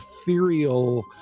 ethereal